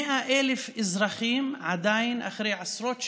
100,000 אזרחים, עדיין, אחרי עשרות שנים,